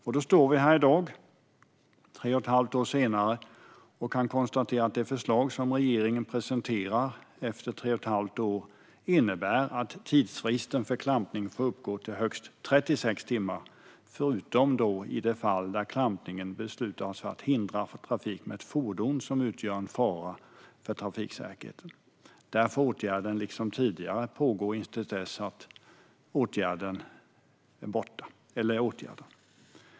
Och då står vi här i dag, tre och ett halvt år senare, och kan konstatera att det förslag som regeringen presenterar innebär att tidsfristen för klampning får uppgå till högst 36 timmar förutom i de fall då klampning beslutas för att hindra trafik med fordon som utgör en fara för trafiksäkerheten. Där får åtgärden liksom tidigare pågå till dess att den inte behövs.